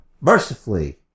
mercifully